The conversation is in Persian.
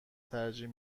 ترجیح